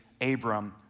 Abram